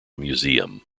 museum